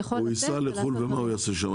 הוא ייסע לחו"ל ומה הוא יעשה שם?